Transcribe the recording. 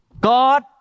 God